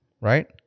right